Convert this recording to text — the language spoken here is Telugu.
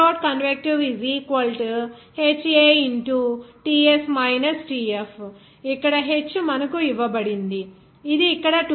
QconvhA ఇక్కడ h మనకు ఇవ్వబడింది ఇది ఇక్కడ 2